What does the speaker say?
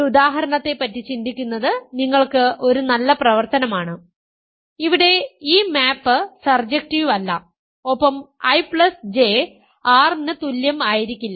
ഒരു ഉദാഹരണത്തെ പറ്റി ചിന്തിക്കുന്നത് നിങ്ങൾക്ക് ഒരു നല്ല പ്രവർത്തനമാണ് ഇവിടെ ഈ മാപ് സർജക്ടീവ് അല്ല ഒപ്പം IJ R ന് തുല്യം ആയിരിക്കില്ല